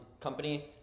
company